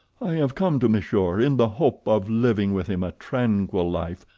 i have come to monsieur in the hope of living with him a tranquil life,